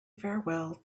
farewell